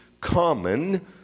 common